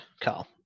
Carl